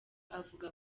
avuga